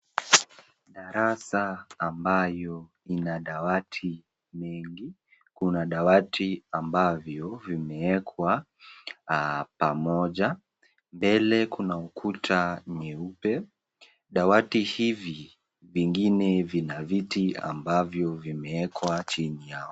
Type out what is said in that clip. Darasa ambayo ina dawati mingi, kuna dawati ambavyo vimeekwa pamoja. Mbele kuna ukuta nyeupe. Dawati hivi vingine vina viti ambavyo vimeekwa chini yao.